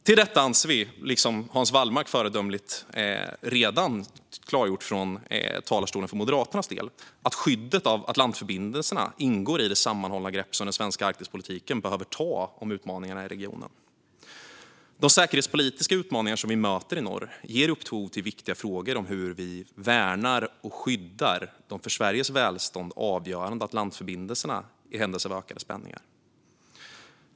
Vidare anser vi, liksom Hans Wallmark föredömligt klargjorde för Moderaternas del, att skyddet av Atlantförbindelserna ingår i det sammanhållna grepp som den svenska Arktispolitiken behöver ta om utmaningarna i regionen. De säkerhetspolitiska utmaningar som vi möter i norr ger upphov till viktiga frågor om hur vi värnar och skyddar de för Sveriges välstånd avgörande Atlantförbindelserna i händelse av ökade spänningar.